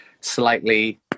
slightly